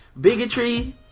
bigotry